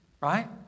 Right